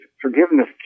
forgiveness